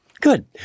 good